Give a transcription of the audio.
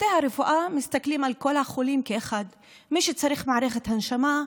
צוותי הרפואה מסתכלים על כל החולים כאחד: מי שצריך מערכת הנשמה,